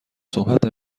صحبت